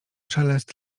szelest